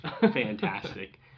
fantastic